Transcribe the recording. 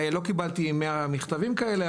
לא קיבלתי 100 מכתבים כאלה,